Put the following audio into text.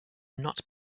not